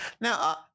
Now